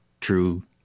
true